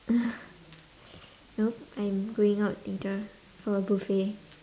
nope I'm going out later for a buffet